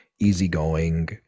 easygoing